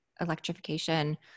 electrification